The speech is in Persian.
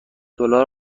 دلار